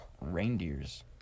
Reindeers